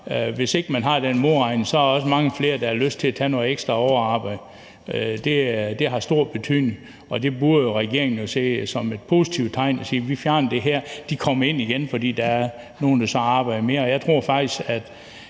Hvis ikke man har den modregning, er der også mange flere, der har lyst til at tage noget ekstra arbejde. Det har stor betydning, og regeringen burde se det som noget positivt og sige: Vi fjerner det her; pengene kommer ind igen, fordi der så er nogle, der arbejder mere. Jeg tror faktisk, at